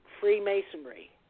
Freemasonry